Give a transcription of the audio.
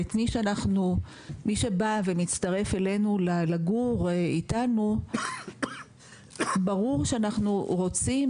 ומי שבא ומצטרף אלינו לגור איתנו ברור שאנחנו רוצים